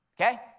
Okay